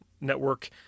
Network